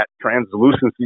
translucency